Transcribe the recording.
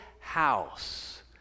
house